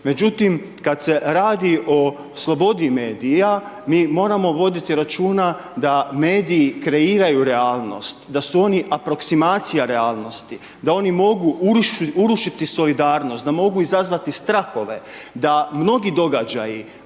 Međutim kad se radi o slobodi medija, mi moramo vidjeti računa da mediji kreiraju realnost, da su oni aproksimacija realnosti, da oni mogu urušiti solidarnost, da mogu izazvati strahove, da mnogi događaji,